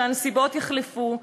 שהנסיבות יחלפו,